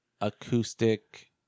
acoustic